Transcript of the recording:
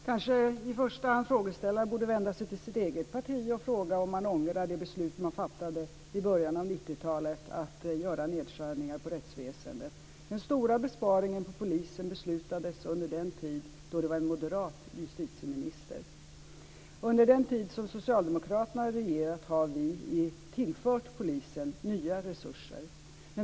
Fru talman! Frågeställaren borde kanske i första hand vända sig till sitt eget parti och fråga om man ångrar det beslut som man fattade i början av 90-talet om att göra nedskärningar på rättsväsendet. Den stora besparingen på polisen beslutades om under den tid då det var en moderat justitieminister. Under den tid som Socialdemokraterna har regerat har vi tillfört polisen nya resurser.